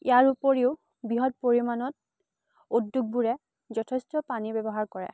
ইয়াৰ উপৰিও বৃহৎ পৰিমাণত উদ্যোগবোৰে যথেষ্ট পানী ব্যৱহাৰ কৰে